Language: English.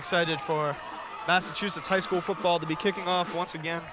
excited for massachusetts high school football to be kicking off once again